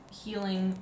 healing